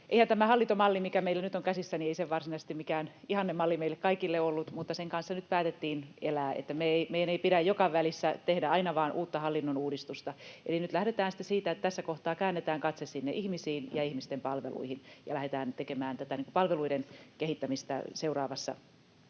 Eihän tämä hallintomalli, mikä meillä nyt on käsissä, varsinaisesti mikään ihannemalli meille kaikille ollut, mutta sen kanssa nyt päätettiin elää. Meidän ei pidä joka välissä tehdä aina vain uutta hallinnon uudistusta. Eli nyt lähdetään sitten siitä, että tässä kohtaa käännetään katse sinne ihmisiin ja ihmisten palveluihin ja lähdetään tekemään palveluiden kehittämistä seuraavassa